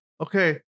Okay